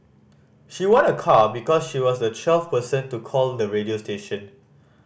she won a car because she was the twelfth person to call the radio station